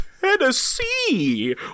Tennessee